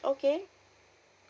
okay